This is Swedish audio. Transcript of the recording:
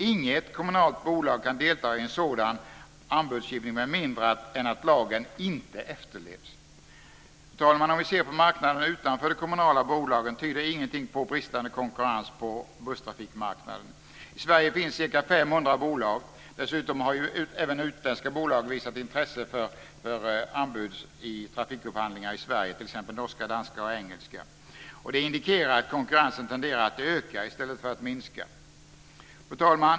Inget kommunalt bolag kan delta i en sådan anbudsgivning med mindre än att lagen inte efterlevs. Fru talman! Om vi ser på marknaden utanför de kommunala bolagen tyder ingenting på bristande konkurrens på busstrafikmarknaden. I Sverige finns ca 500 bolag. Dessutom har även utländska bolag visat intresse för anbud vid trafikupphandlingar i Sverige, t.ex. norska, danska och engelska. Det indikerar att konkurrensen tenderar att öka i stället för att minska. Fru talman!